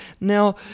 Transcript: Now